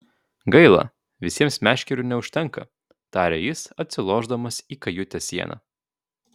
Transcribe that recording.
gaila visiems meškerių neužtenka tarė jis atsilošdamas į kajutės sieną